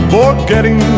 Forgetting